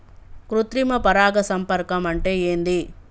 కృత్రిమ పరాగ సంపర్కం అంటే ఏంది?